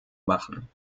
machen